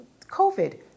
covid